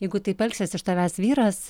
jeigu taip elgsies iš tavęs vyras